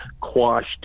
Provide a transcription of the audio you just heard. quashed